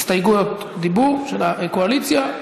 הסתייגויות דיבור של הקואליציה,